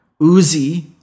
Uzi